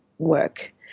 work